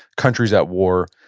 country's at war,